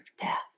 death